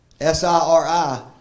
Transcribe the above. S-I-R-I